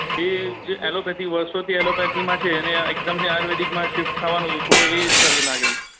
એ જે એલોપેથી વર્ષોથી એલોપેથીમાં છે એને એકદમથી આયુર્વેદિકમાં શિફ્ટ થવાનું તો થોડું એ સ્ટ્રગલ લાગે છે